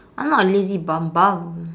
I'm not a lazy bum bum